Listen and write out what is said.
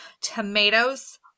Tomatoes